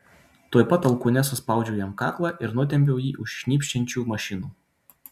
tuoj pat alkūne suspaudžiau jam kaklą ir nutempiau jį už šnypščiančių mašinų